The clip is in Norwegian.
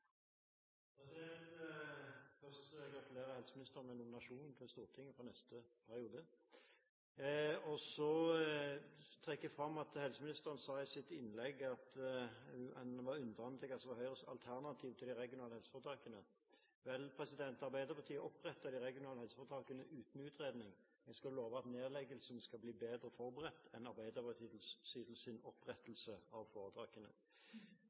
Først vil jeg gratulere helseministeren med nominasjonen til Stortinget for neste periode. Så vil jeg trekke fram at helseministeren sa i sitt innlegg at han var undrende til hva som var Høyres alternativ til de regionale helseforetakene. Vel, Arbeiderpartiet opprettet de regionale helseforetakene uten utredning. Jeg skal love at nedleggelsen skal bli bedre forberedt enn Arbeiderpartiets opprettelse av